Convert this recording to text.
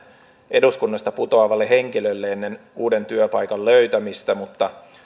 eduskunnasta putoavalle henkilölle ennen uuden työpaikan löytämistä mutta